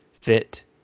fit